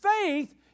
faith